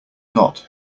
not